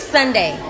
Sunday